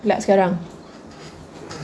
gelap sekarang